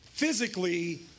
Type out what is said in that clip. physically